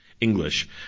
English